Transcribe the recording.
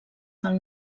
del